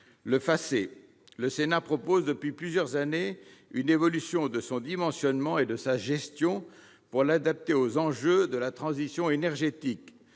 Le Sénat propose depuis plusieurs années une évolution de son dimensionnement et de sa gestion pour l'adapter aux enjeux de la transition énergétique,